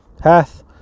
hath